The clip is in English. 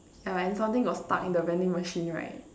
yeah and something got stuck in the vending machine right